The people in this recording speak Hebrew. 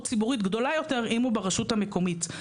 ציבורית גדולה יותר אם הוא ברשות המקומית.